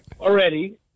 already